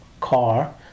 car